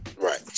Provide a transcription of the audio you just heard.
Right